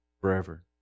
forever